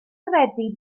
credu